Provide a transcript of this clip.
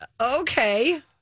Okay